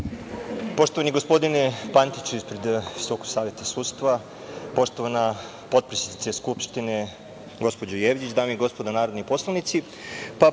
gospodine Pantiću, ispred Visokog saveta sudstva, poštovana potpredsednice Skupštine, gospođo Jevđić, dame i gospodo narodni poslanici,